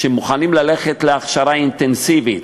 שמוכנים ללכת להכשרה אינטנסיבית,